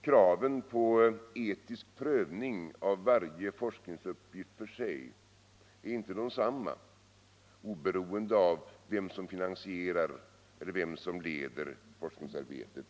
Kraven på etisk prövning av varje forskningsuppgift för sig är inte desamma oberoende av vem som finansierar eller vem som leder forskningsarbetet.